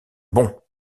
bon